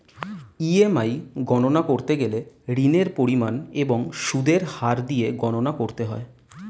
EMI গণনা করতে গেলে ঋণের পরিমাণ এবং সুদের হার দিয়ে গণনা করতে হয়